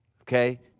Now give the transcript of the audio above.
okay